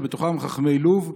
ובתוכם חכמי לוב,